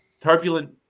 turbulent